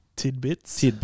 Tidbits